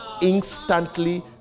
Instantly